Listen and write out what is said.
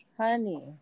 honey